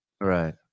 Right